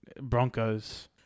Broncos